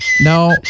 No